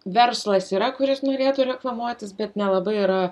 verslas yra kuris norėtų reklamuotis bet nelabai yra